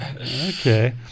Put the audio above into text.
Okay